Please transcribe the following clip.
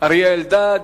אריה אלדד.